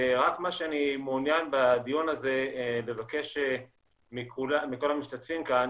אני מעוניין לבקש בדיון הזה מכל המשתתפים כאן,